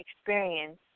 experience